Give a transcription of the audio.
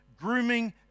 grooming